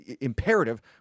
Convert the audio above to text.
imperative